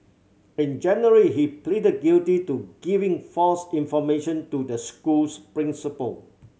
in January he pleaded guilty to giving false information to the school's principal